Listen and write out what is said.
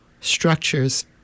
structures